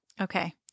okay